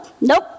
nope